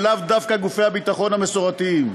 ולאו דווקא גופי הביטחון המסורתיים.